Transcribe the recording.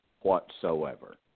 whatsoever